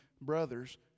brothers